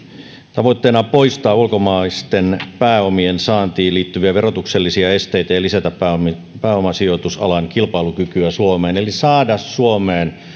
tavoitteena on poistaa ulkomaalaisten pääomien saantiin liittyviä verotuksellisia esteitä ja lisätä pääomasijoitusalan kilpailukykyä suomeen eli saada suomeen